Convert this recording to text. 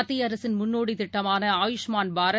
மத்திய அரசின் முன்னோடித் திட்டமான ஆயுஷ்மான் பாரத்